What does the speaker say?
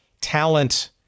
talent